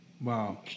Wow